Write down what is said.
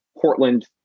Portland